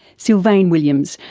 sylvain williams,